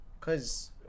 cause